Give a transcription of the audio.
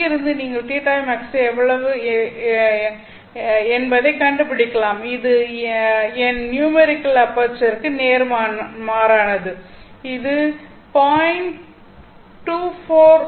இங்கிருந்து நீங்கள் θimax எவ்வளவு என்பதைக் கண்டுபிடிக்கலாம் இது எண் நியூமெரிக்கல் அபெர்ச்சருக்கு நேர்மாறானது இது 0